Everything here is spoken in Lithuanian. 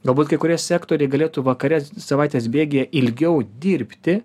galbūt kai kurie sektoriai galėtų vakare savaitės bėgyje ilgiau dirbti